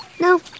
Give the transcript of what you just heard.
No